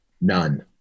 None